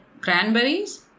Cranberries